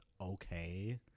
okay